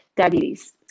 diabetes